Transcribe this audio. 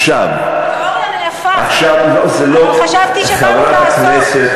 עכשיו, תיאוריה יפה, אבל חשבתי שבאנו לעשות.